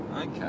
Okay